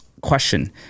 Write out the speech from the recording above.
question